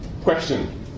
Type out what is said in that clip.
Question